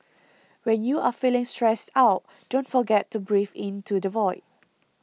when you are feeling stressed out don't forget to breathe into the void